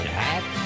hat